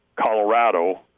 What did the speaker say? Colorado